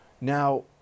Now